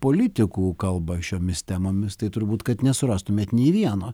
politikų kalba šiomis temomis tai turbūt kad nesurastumėt nei vieno